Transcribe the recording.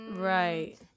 Right